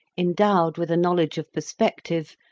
endowed with a knowledge of perspective,